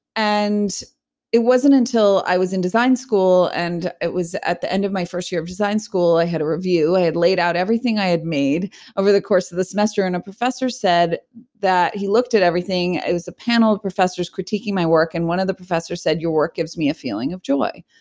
and it wasn't until i was in design school and it was at the end of my first year of design school, i had a review, i had laid out everything i had made over the course of the semester, and a professor said that he looked at everything. it was a panel of professors critiquing my work. and one of the professors said, your work gives me a feeling of joy.